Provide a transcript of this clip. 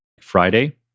Friday